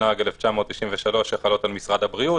התשנ"ג-1993 שחלות על משרד הבריאות,